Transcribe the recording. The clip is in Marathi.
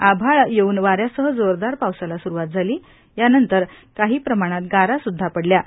आभाळ येऊन वाऱ्यासह जोरदार पावसाला सुरुवात झाली त्यानंतर काही प्रमाणात गारा सुद्धा पडल्यात